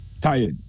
tired